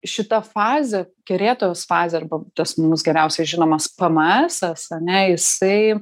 šita fazė kerėtojos fazė arba tas mums geriausiai žinomas pėmėesas ane jisai